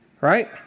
Right